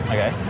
Okay